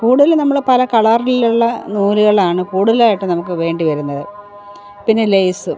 കൂടുതലും നമ്മള് പല കളറിലുള്ള നൂലുകളാണ് കൂടുതലായിട്ടും നമുക്ക് വേണ്ടിവരുന്നത് പിന്നെ ലൈസും